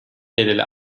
bedeli